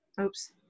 Oops